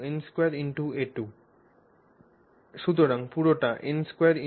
সুতরাং পুরোটা n2a2